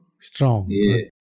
Strong